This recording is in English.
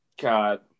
God